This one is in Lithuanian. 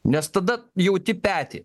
nes tada jauti petį